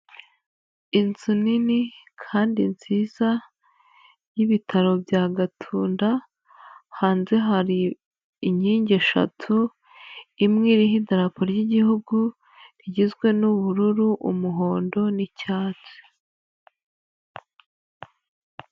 Inzu nini kandi nziza y'ibitaro bya Gatunda, hanze hari inkingi eshatu, imwe iriho idarapo ry'Igihugu rigizwe n'ubururu, umuhondo n'icyatsi.